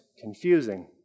confusing